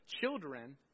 children